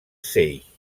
seix